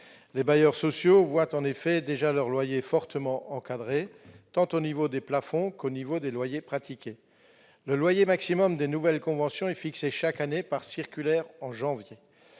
Les bailleurs sociaux voient déjà leurs loyers fortement encadrés, au niveau tant des plafonds que des loyers pratiqués. Le loyer maximum des nouvelles conventions est fixé chaque année, par circulaire, en janvier.